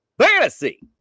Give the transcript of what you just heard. Fantasy